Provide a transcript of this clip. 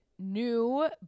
New